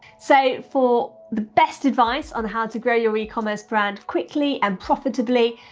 so, for the best advice on how to grow your ecommerce brand quickly and profitably,